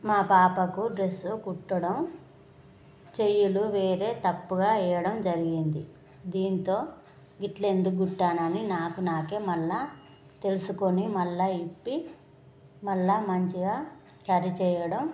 మా పాపకు డ్రెస్ కుట్టడం చేతులు వేరే తప్పుగా వేయడం జరిగింది దీంతో ఇలా ఎందుకు కుట్టానా అని నాకు నాకే మళ్ళీ తెలుసుకొని మళ్ళీ విప్పి మళ్ళీ మంచిగా సరిచేయడం